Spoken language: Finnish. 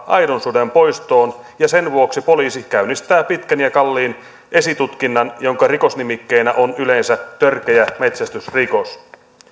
aidon suden poistoon ja sen vuoksi poliisi käynnistää pitkän ja kalliin esitutkinnan jonka rikosnimikkeenä on yleensä törkeä metsästysrikos